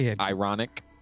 Ironic